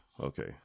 Okay